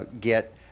get